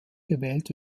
gewählt